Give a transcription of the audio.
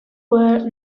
were